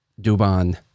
Duban